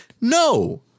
No